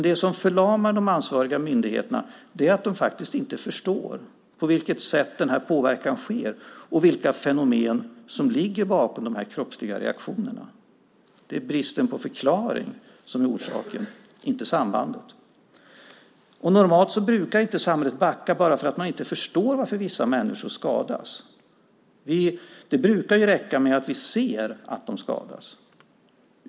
Det som förlamar de ansvariga myndigheterna är att de inte förstår på vilket sätt denna påverkan sker och vilka fenomen som ligger bakom de kroppsliga reaktionerna. Det är bristen på förklaring som är orsaken, inte sambandet. Normalt brukar inte samhället backa bara för att man inte förstår varför vissa människor skadas. Det brukar ju räcka med att vi ser att de skadas.